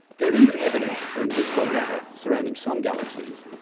there is evidence for invisible matter surrounding some galaxies,